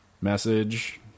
Message